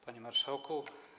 Panie Marszałku!